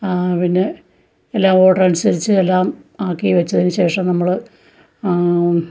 പിന്നെ എല്ലാം ഓർഡറനുസരിച്ച് എല്ലാം ആക്കി വെച്ചതിന് ശേഷം നമ്മള്